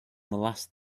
last